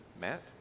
Matt